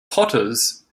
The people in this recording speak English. potters